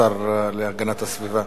השר להגנת הסביבה.